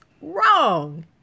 wrong